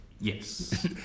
Yes